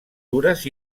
dures